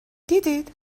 دیدید